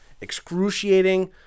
excruciating